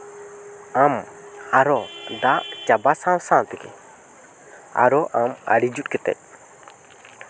ᱟᱢ ᱟᱨᱚ ᱫᱟᱜ ᱪᱟᱵᱟ ᱥᱟᱶ ᱥᱟᱶ ᱛᱮᱜᱮ ᱟᱨᱚ ᱟᱢ ᱟᱲᱮ ᱡᱩᱛ ᱠᱟᱛᱮᱫ